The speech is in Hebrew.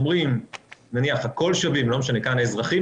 אומרים: הכול שווים בפני החוק כאן זה האזרחים